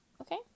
okay